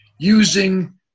Using